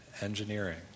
engineering